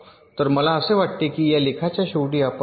तर मला असे वाटते की या लेखाच्या शेवटी आपण आहोत